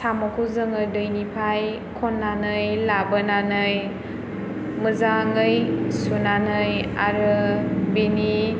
साम'खौ जोङो दैनिफ्राय खननानै लाबोनानै मोजाङै सुनानै आरो बेनि